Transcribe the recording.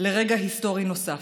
לרגע היסטורי נוסף: